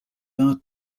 our